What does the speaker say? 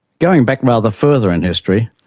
going back rather further in history,